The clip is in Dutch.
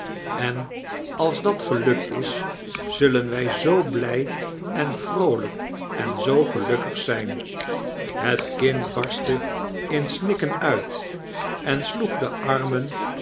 en als dat gelukt is zullen wij zoo blij en zoo vroolijk en zoo gelukkig zijn het kind barstte in snikken uit en sloeg de armen